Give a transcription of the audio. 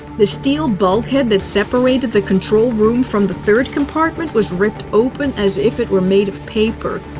the steel bulkhead that separated the control room from the third compartment was ripped open as if it were made of paper.